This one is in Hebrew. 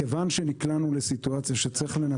מכיוון שנקלענו לסיטואציה שצריך לנתק